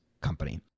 company